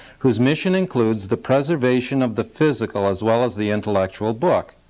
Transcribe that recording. whose mission includes the preservation of the physical as well as the intellectual book,